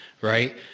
Right